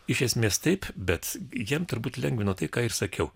iš esmės taip bet jiem turbūt lengvino tai ką ir sakiau